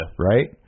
Right